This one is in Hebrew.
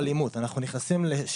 יהיה היום אירוע אלימות.